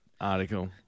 article